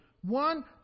One